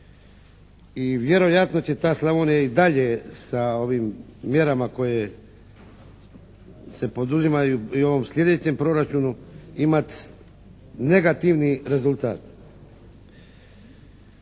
I vjerojatno će ta Slavonije i dalje sa ovim mjerama koje se poduzimaju i u ovom sljedećem proračunu imati negativni rezultat.